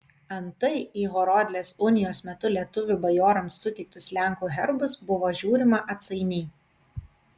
antai į horodlės unijos metu lietuvių bajorams suteiktus lenkų herbus buvo žiūrima atsainiai